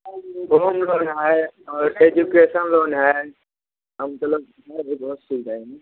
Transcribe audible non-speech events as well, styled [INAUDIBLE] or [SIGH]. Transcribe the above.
home loan है और education loan है हाँ मतलब [UNINTELLIGIBLE] बहुत सुविधाएँ हैं